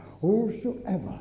Whosoever